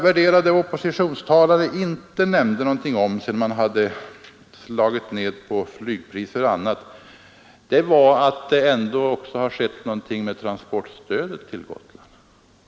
Vad våra oppositionstalare inte nämnde någonting om, sedan de slagit ned på flygpriser och annat, var att det ändå också har skett något med transportstödet till Gotland.